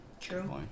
True